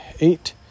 eight